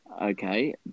Okay